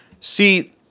See